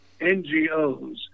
NGOs